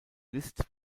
list